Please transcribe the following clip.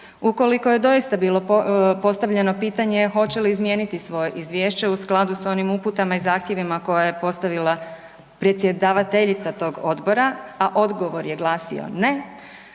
Ukoliko je doista bilo postavljeno pitanje hoće li izmijeniti svoje izvješće u skladu s onim uputama i zahtjevima koje je postavila predsjedavateljica tog odbora, a odgovor je glasio ne,